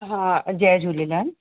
हा जय झूलेलाल